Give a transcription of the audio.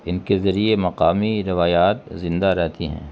ان کے ذریعے مقامی روایات زندہ رہتی ہیں